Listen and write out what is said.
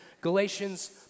Galatians